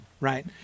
right